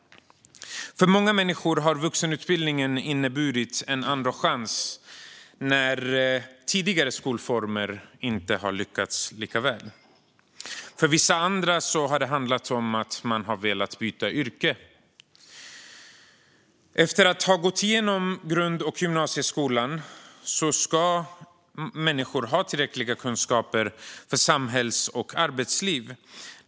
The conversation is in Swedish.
För många människor har vuxenutbildningen inneburit en andra chans när tidigare skolformer inte har lyckats lika väl. För vissa andra har det handlat om att man har velat byta yrke. Efter att ha gått igenom grund och gymnasieskola ska människor ha tillräckliga kunskaper för samhälls och arbetsliv.